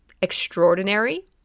extraordinary